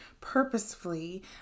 purposefully